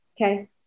okay